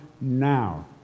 now